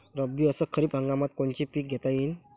रब्बी अस खरीप हंगामात कोनचे पिकं घेता येईन?